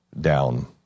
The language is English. down